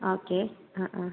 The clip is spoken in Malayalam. ഓക്കെ ആ ആ